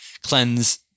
cleanse